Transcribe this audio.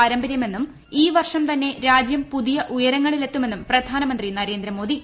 പാരമ്പര്യമെന്നും ഈ വർഷം തന്നെ രാജ്യം പുതിയ ഉയരങ്ങളിലെത്തുമെന്നും പ്രധാനമന്ത്രി നരേന്ദ്രമോദി